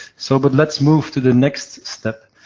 so, but let's move to the next step.